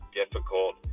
difficult